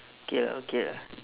K lah okay lah